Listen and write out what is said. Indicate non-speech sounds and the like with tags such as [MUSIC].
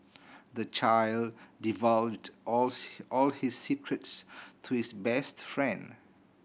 the child divulged all [UNINTELLIGIBLE] all his secrets to his best friend